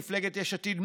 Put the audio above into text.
מפלגת יש עתיד,